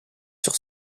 sur